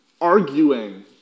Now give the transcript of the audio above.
arguing